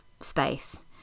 space